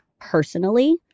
personally